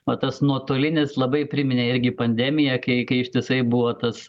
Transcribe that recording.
va tas nuotolinis labai priminė irgi pandemiją kai kai ištisai buvo tas